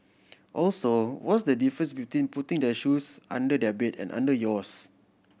also what's the difference between putting their shoes under their bed and under yours